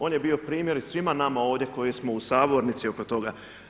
On je bio primjer svima nama ovdje koji smo u sabornici oko toga.